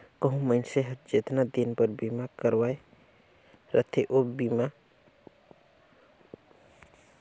कहो मइनसे हर जेतना दिन बर बीमा करवाये रथे ओ बीच माझा मे कोनो परकार के परसानी नइ आइसे तभो ले दुखी नइ होना चाही